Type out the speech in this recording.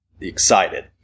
excited